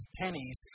pennies